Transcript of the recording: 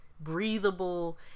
breathable